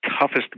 toughest